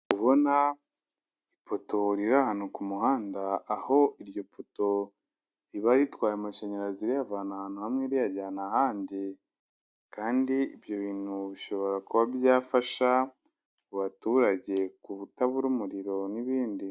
Kubona ipoto riri ahantu ku muhanda. Aho iryo poto riba ritwaye amashanyarazi riyavana ahantu hamwe riyajyana ahandi. Kandi ibyo bintu bishobora kuba byafasha abaturage kutabura umuriro n'ibindi.